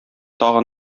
тагы